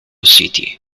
city